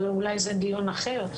אבל אולי זה דיון אחר.